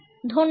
ধন্যবাদ